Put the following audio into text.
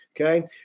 Okay